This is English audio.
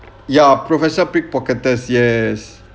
ya professional pick pocketers yes